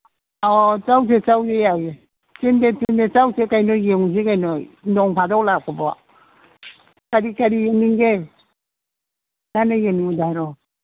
ꯑꯧ ꯑꯧ ꯆꯧꯁꯦ ꯆꯧꯁꯦ ꯌꯥꯏꯌꯦ ꯆꯤꯟꯗꯦ ꯆꯤꯟꯗꯦ ꯆꯧꯁꯦ ꯀꯩꯅꯣ ꯌꯦꯡꯉꯨꯁꯤ ꯀꯩꯅꯣ ꯅꯣꯡ ꯐꯥꯗꯣꯛ ꯂꯥꯛꯄꯕꯣ ꯀꯔꯤ ꯀꯔꯤ ꯌꯦꯡꯅꯤꯡꯒꯦ ꯅꯪꯅ ꯌꯦꯡꯅꯤꯡꯕꯗꯣ ꯍꯥꯏꯔꯛꯑꯣ